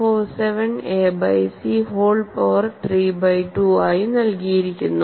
47 A by C whole power 3 by 2 ആയി നൽകിയിരിക്കുന്നു